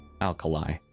Alkali